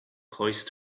close